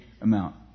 amount